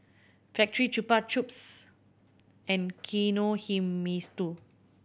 Factorie Chupa Chups and Kinohimitsu